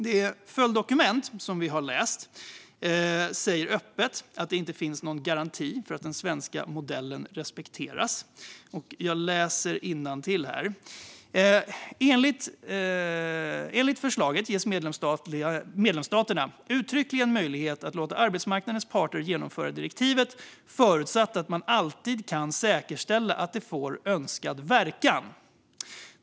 Det följedokumentet som vi har läst säger öppet att det inte finns någon garanti för att den svenska modellen respekteras. Jag läser innantill: "Enligt förslaget ges medlemsstaterna uttryckligen möjlighet att låta arbetsmarknadens parter genomföra direktivet, förutsatt att man alltid kan säkerställa att det får önskad verkan.